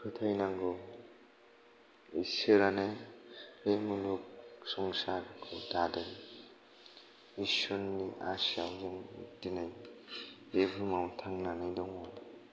फोथायनांगौ इसोरानो बे मुलुग संसारखौ दादों इसोरनि आशायाव जों दिनै बे बुहुमाव थांनानै दंङ